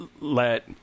let